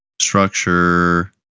structure